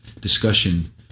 discussion